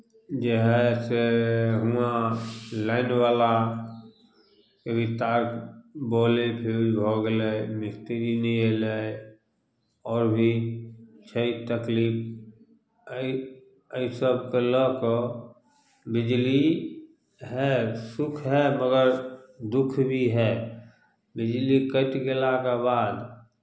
जे हइ से हुआँ लाइटवला कभी तार बॉले फ्यूज भऽ गेलै मिस्त्री नहि अयलै आओर भी छै तकलीफ एहि एहि सभकेँ लऽ कऽ बिजली हए सुख हए मगर दुःख भी हए बिजली कटि गयलाके बाद